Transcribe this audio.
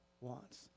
wants